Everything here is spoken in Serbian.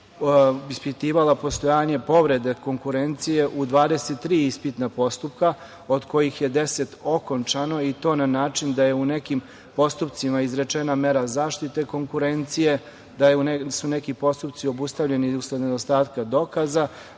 ispitivala postojanje povrede konkurencije u 23 ispitna postupka, od kojih je 10 okončano i to na način da je u nekim postupcima izrečena mera zaštite konkurencije, da su neki postupci obustavljeni usled nedostatka dokaza,